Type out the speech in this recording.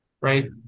right